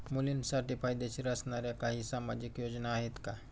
मुलींसाठी फायदेशीर असणाऱ्या काही सामाजिक योजना आहेत का?